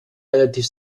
relativ